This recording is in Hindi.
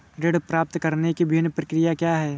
ऋण प्राप्त करने की विभिन्न प्रक्रिया क्या हैं?